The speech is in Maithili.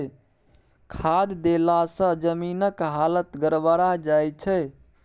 खाद देलासँ जमीनक हालत गड़बड़ा जाय छै